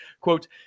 Quote